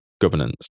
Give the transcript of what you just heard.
governance